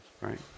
right